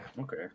Okay